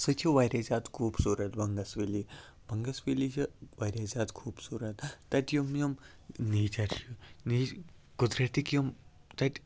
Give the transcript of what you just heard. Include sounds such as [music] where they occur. سُہ چھِ واریاہ زیادٕ خوٗبصوٗرت بَنٛگَس ویلی بَنٛگَس ویلی چھِ واریاہ زیادٕ خوٗبصوٗرت تَتہِ یِم یِم نیچَر چھِ [unintelligible] قُدرتٕکۍ یِم تَتہِ